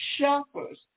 shoppers